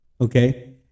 Okay